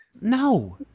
No